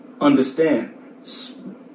understand